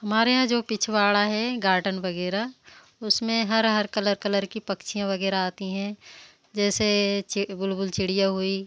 हमारे यहाँ जो पिछवाड़ा है गार्डन वगैरह उसमें हर हर कलर कलर की पक्षियाँ वगैरह आती हैं जैसे बुलबुल चिड़िया हुई